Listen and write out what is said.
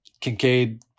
Kincaid –